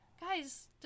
guys